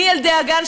מילדי הגן,